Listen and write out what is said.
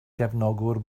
gefnogwr